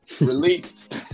Released